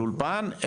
לומדים בכל אולפן,